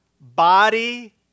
body